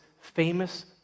famous